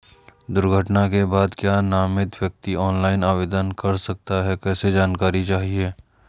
दुर्घटना के बाद क्या नामित व्यक्ति ऑनलाइन आवेदन कर सकता है कैसे जानकारी चाहिए?